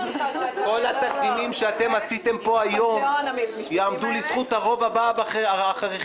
כל התרגילים שעשיתם פה היום יעמדו לזכות הרוב הבא אחריכם.